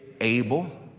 able